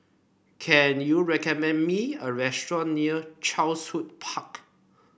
can you recommend me a restaurant near Chatsworth Park